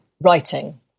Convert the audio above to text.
writing